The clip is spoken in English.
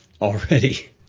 already